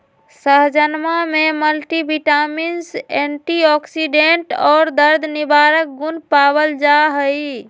सहजनवा में multivitamins antioxidant और दर्द निवारक गुण पावल जाहई